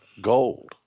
gold